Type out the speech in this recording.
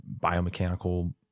biomechanical